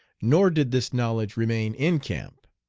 nor did this knowledge remain in camp.